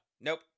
nope